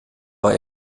war